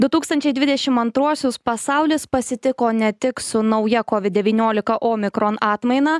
du tūkstančiai dvidešim antruosius pasaulis pasitiko ne tik su nauja kovid devyniolika omikron atmaina